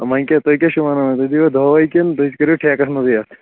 وۄنۍ کیٛاہ تُہۍ کیٛاہ چھُو وَنان تُہۍ دیٖوا دۄہ وَے کِنہٕ تُہۍ کٔرِو ٹھیکَس منٛزٕے اَتھ